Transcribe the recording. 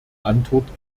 antwort